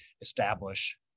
establish